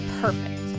perfect